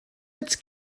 its